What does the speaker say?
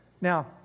Now